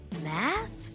math